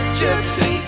gypsy